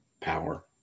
power